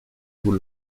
vous